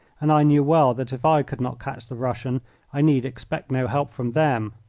and i knew well that if i could not catch the russian i need expect no help from them.